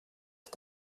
que